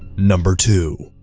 number two.